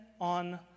on